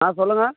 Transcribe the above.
ஆ சொல்லுங்க